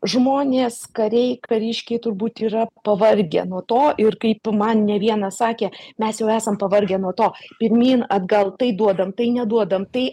žmonės kariai kariškiai turbūt yra pavargę nuo to ir kaip man ne vienas sakė mes jau esam pavargę nuo to pirmyn atgal tai duodam tai neduodam tai